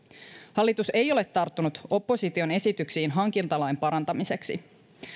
hallitus ei ole tarttunut opposition esityksiin hankintalain parantamiseksi